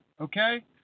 Okay